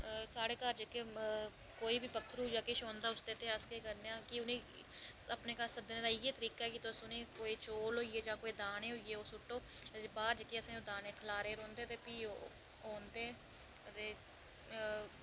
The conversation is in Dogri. साढ़े घर जेह्के कोई बी पक्खरू जां किश औंदा उस आस्तै अस उ'नें ई अपने कश सद्दने दा इ'यै तरीका ऐ तुस उ'नें ई कोई चौल होई गे जां कोई दाने होई गे ओह् सु'ट्टो ते बाह्र जेह्के असें दानें खलारे रौंह्दे ते भी ओह् औंदे अते